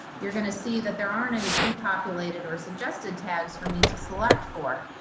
you're going to see that there aren't any prepopulated or suggested tags for me to select for.